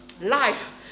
life